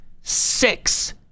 six